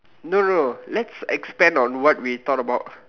no no no let's expand on what we thought about